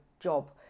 job